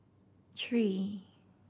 three